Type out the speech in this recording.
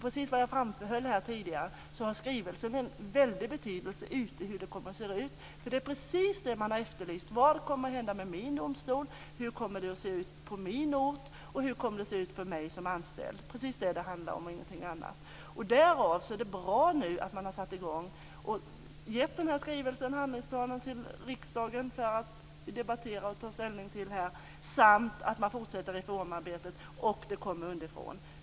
Precis som jag tidigare framhöll har skrivelsen en stor betydelse för hur det kommer att se ut. Det är sådana besked som man har efterlyst: Vad kommer att hända med min domstol? Hur kommer det att se ut på min ort? Och hur kommer det att se ut för mig som anställd? Det är precis detta det handlar om och ingenting annat. Därför är det bra att man nu har satt i gång, att man har överlämnat skrivelsen och handlingsplanen till riksdagen för debatt och ställningstagande och att man fortsätter ett reformarbete som kommer underifrån.